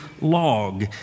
log